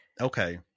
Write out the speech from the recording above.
Okay